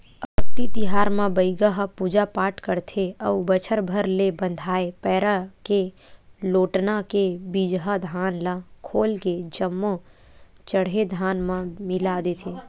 अक्ती तिहार म बइगा ह पूजा पाठ करथे अउ बछर भर ले बंधाए पैरा के लोटना के बिजहा धान ल खोल के जम्मो चड़हे धान म मिला देथे